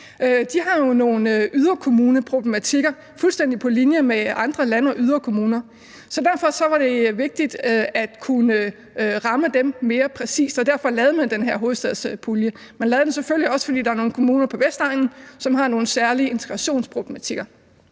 jo har nogle yderkommuneproblematikker fuldstændig på linje med andre land- og yderkommuner. Derfor var det vigtigt at kunne ramme dem mere præcist, og derfor lavede man den her hovedstadspulje. Man lavede den selvfølgelig også, fordi der er nogle kommuner på Vestegnen, som har nogle særlige integrationsproblematikker.